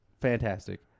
fantastic